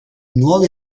nuovi